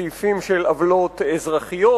סעיפים של עוולות אזרחיות.